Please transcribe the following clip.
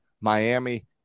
Miami